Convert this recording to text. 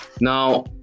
Now